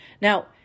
Now